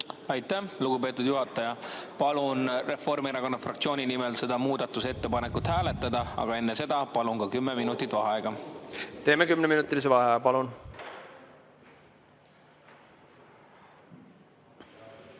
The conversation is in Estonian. Aitäh, lugupeetud juhataja! Palun Reformierakonna fraktsiooni nimel seda muudatusettepanekut hääletada, aga enne seda palun kümme minutit vaheaega. Teeme kümneminutilise vaheaja.V